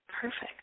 perfect